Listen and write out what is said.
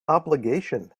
obligation